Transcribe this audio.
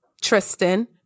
Tristan